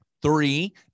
three